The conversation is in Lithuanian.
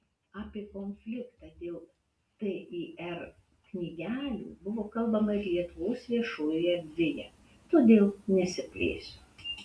apie konfliktą dėl tir knygelių buvo kalbama ir lietuvos viešojoje erdvėje todėl nesiplėsiu